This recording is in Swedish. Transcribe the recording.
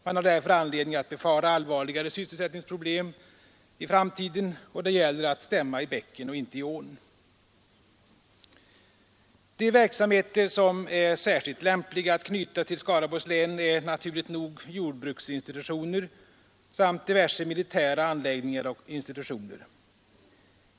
Man har därför anledning att befara allvarligare sysselsättningsproblem i framtiden, och det gäller att stämma i bäcken och inte i ån. De verksamheter som är särskilt lämpliga att knyta till Skaraborgs län är naturligt nog jordbruksinstitutioner samt diverse militära anläggningar och institutioner.